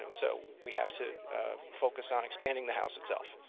you know so we have to focus on expanding the house itself.